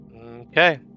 Okay